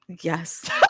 yes